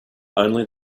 only